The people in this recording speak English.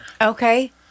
okay